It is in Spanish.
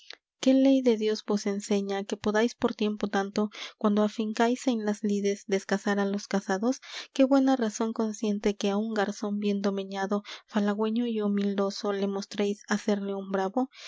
qué ley de dios vos enseña que podáis por tiempo tanto cuando afincáis en las lides descasar á los casados qué buena razón consiente que á un garzón bien domeñado falagüeño y homildoso le mostréis á ser león bravo